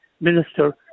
minister